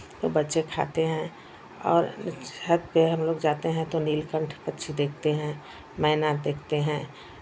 वो बच्चे खाते हैं और छत पे हमलोग जाते हैं तो नीलकंठ पक्षी देखते हैं मैना देखते हैं